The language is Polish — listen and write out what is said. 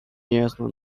niejasno